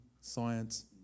science